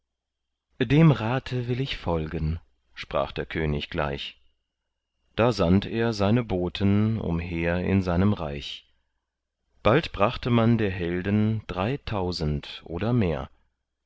dem rate will ich folgen sprach der könig gleich da sandt er seine boten umher in seinem reich bald brachte man der helden dreitausend oder mehr